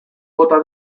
bota